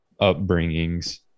upbringings